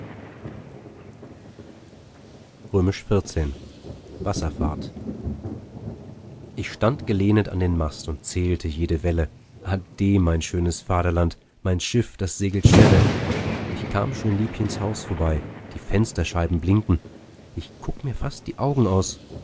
wasserfahrt ich stand gelehnet an den mast und zählte jede welle ade mein schönes vaterland mein schiff das segelt schnelle ich kam schön liebchens haus vorbei die fensterscheiben blinken ich guck mir fast die augen aus